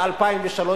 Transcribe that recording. ב-2003,